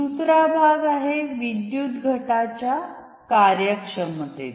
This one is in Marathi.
दुसरा भाग आहे विद्युत घटाच्या कार्यक्षमतेचा